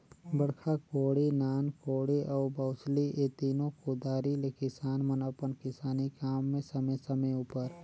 बड़खा कोड़ी, नान कोड़ी अउ बउसली ए तीनो कुदारी ले किसान मन अपन किसानी काम मे समे समे उपर